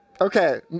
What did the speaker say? Okay